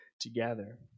together